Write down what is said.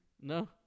No